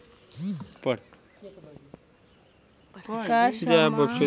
लकड़ी उद्योग से लकड़ी क समान आउर कागज क समान मिलेला